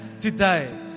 today